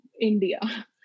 India